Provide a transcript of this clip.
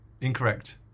Incorrect